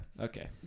Okay